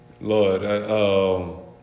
Lord